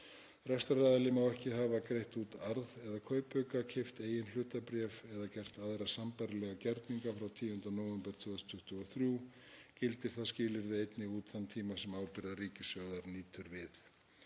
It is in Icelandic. Rekstraraðili má ekki hafa greitt út arð eða kaupauka, keypt eigin hlutabréf eða gert aðra sambærilega gerninga frá 10. nóvember 2023. Gildir það skilyrði einnig út þann tíma sem ábyrgðar ríkissjóðs nýtur við.